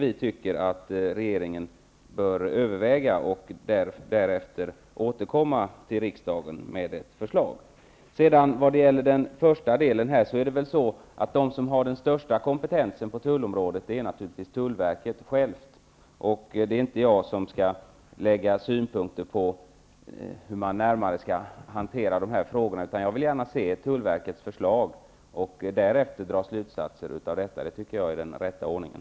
Därför tycker vi att regeringen bör överväga det hela och återkomma till riksdagen med ett förslag. När det gäller den första delen vill jag säga att tullverket självt naturligtvis har den största kompetensen på tullområdet. Det är inte jag som skall lägga fram synpunkter på hur man i detalj skall hantera frågan. Jag vill gärna se tullverkets förslag och därefter dra slutsatser. Det tycker jag är den rätta ordningen.